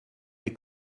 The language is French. les